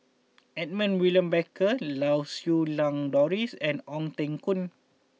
Edmund William Barker Lau Siew Lang Doris and Ong Teng Koon